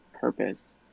purpose